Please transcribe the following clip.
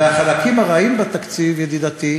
והחלקים הרעים בתקציב, ידידתי,